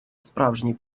справжній